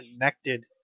connected